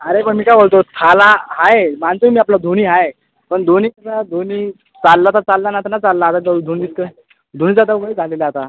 अरे पण मी काय बोलतो थाला आहे मानतोय मी आपलं धोनी आहे पण धोनीचा धोनी चालला तर चालला नाही तर ना चालला आता ध धोनी तर धोनीचं आता वय झालेलं आहे आता